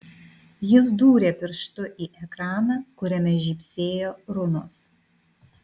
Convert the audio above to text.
jis dūrė pirštu į ekraną kuriame žybsėjo runos